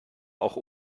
auch